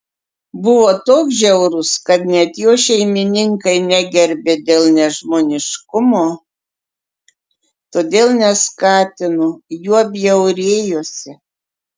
buvo toks žiaurus kad net jo šeimininkai negerbė dėl nežmoniškumo todėl neskatino juo bjaurėjosi